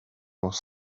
was